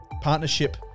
Partnership